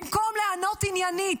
במקום לענות עניינית,